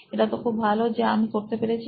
এটা তো খুবই ভালো যে আমি করতে পেরেছি